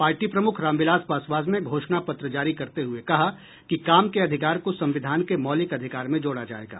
party प्रमुख रामविलास पासवान ने घोषणा पत्र जारी करते हुये कहा कि काम के अधिकार को संविधान के मौलिक अधिकार में जोड़ा जायेगा